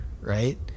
right